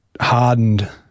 hardened